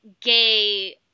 gay